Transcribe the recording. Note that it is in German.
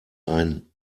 ein